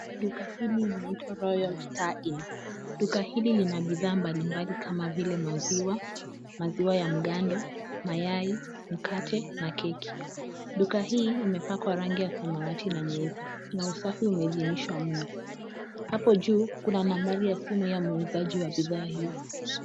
Duka hili linaitwa Royal Star Inn. Duka hili lina bidhaa mbalimbali kama vile maziwa, maziwa ya mgando, mayai, mkate na keki. Duka hii imepakwa rangi ya samawati na nyeupe na usafi umeidhinishwa mno. Hapo juu kuna nambari ya simu ya muuzaji wa bidhaa hizi.